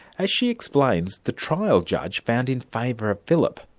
as she explains, the trial judge found in favour of philip,